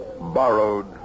borrowed